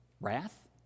wrath